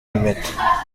impeta